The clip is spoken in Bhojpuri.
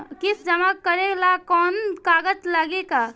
किस्त जमा करे ला कौनो कागज लागी का?